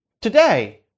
today